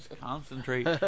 concentrate